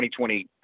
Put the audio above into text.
2020